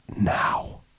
Now